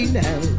now